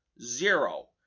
zero